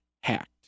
hacked